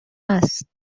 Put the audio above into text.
است